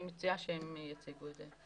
אני מציעה שהם יציגו את זה.